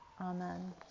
amen